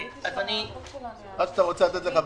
10:50) אתחיל מההתחלה.